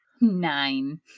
Nine